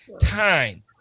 time